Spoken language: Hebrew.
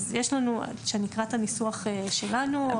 שאני אקרא את הניסוח שלנו?